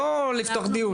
לא לפתוח דיון.